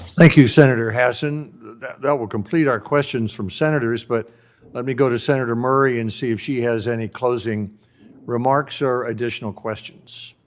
thank you, senator hassan. and that that will complete our questions from senators, but let me go to senator murray and see if she has any closing remarks or additional questions.